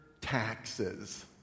taxes